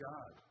God